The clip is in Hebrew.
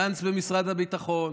גנץ במשרד הביטחון,